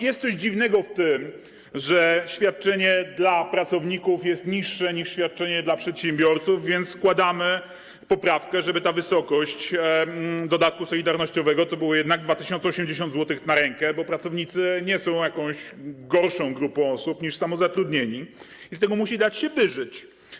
Jest coś dziwnego w tym, że świadczenie dla pracowników jest niższe niż świadczenie dla przedsiębiorców, więc składamy poprawkę, żeby ta wysokość dodatku solidarnościowego wynosiła jednak 2080 zł na rękę, bo pracownicy nie są gorszą grupą niż samozatrudnieni i z tego musi dać się wyżyć.